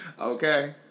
Okay